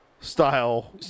style